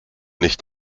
nicht